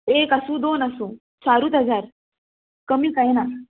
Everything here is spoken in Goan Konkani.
एक आसूं दोन आसूं चारूच हजार कमी जायना